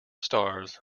stars